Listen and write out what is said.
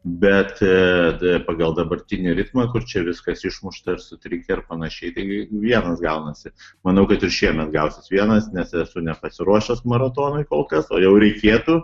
bet pagal dabartinį ritmą kur čia viskas išmušta ir sutrikę ir panašiai taigi vienas gaunasi manau kad ir šiemet gausis vienas nes esu nepasiruošęs maratonui kol kas o jau reikėtų